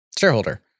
shareholder